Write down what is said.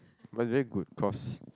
were but is very good cause